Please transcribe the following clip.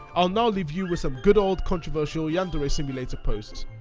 i'll now leave you with some good old controversial yandere simulator posts.